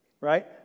right